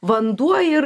vanduo ir